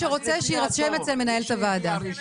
תודה.